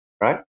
right